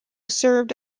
served